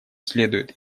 следует